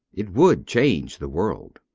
it would change the world.